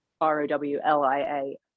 r-o-w-l-i-a